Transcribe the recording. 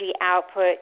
output